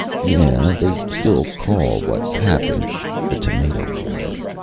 yeah they still call what happened the tomato war.